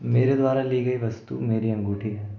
मेरे द्वारा ली गई वस्तु मेरी अंगूठी है